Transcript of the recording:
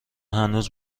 هنوز